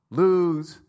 lose